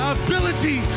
ability